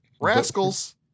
Rascals